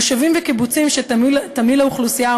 מושבים וקיבוצים שתמהיל האוכלוסייה,